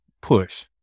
push